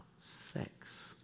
sex